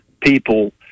people –